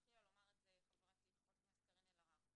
התחילה לומר את זה חברתי, חברת הכנסת קארין אלהרר.